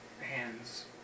hands